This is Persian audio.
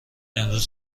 امروز